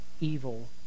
evil